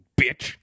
Bitch